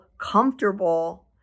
comfortable